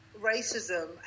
racism